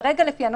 כרגע לפי מה